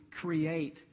create